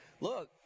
Look